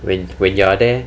when when you are there